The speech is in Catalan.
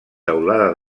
teulada